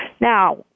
Now